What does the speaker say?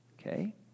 Okay